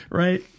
right